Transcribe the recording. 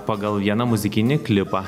pagal vieną muzikinį klipą